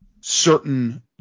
certain